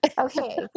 Okay